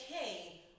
okay